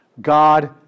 God